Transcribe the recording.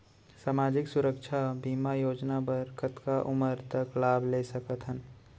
सामाजिक सुरक्षा बीमा योजना बर कतका उमर तक लाभ ले सकथन?